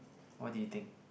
what do you think